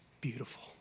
beautiful